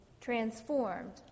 transformed